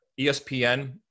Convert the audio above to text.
ESPN